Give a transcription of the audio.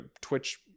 Twitch